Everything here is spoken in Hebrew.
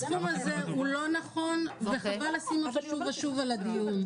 הסכום הזה הוא לא נכון וחבל לשים אותו שוב ושוב על הדיון.